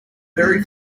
very